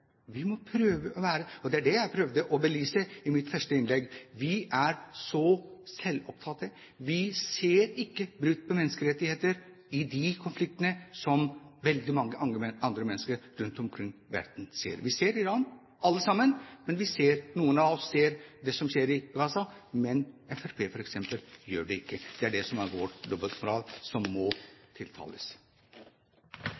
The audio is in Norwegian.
Jeg prøvde i mitt første innlegg å belyse at vi er så selvopptatte at vi ikke ser brudd på menneskerettigheter i de konfliktene som veldig mange andre mennesker rundt omkring i verden ser. Vi ser Iran alle sammen, noen av oss ser det som skjer i Gaza, men f.eks. Fremskrittspartiet gjør ikke det. Det er det som er dobbeltmoral, som må